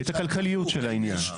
את הכלכליות של העניין.